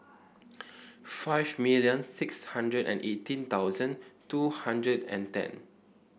five million six hundred and eighteen thousand two hundred and ten